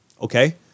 Okay